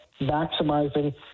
maximizing